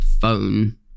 Phone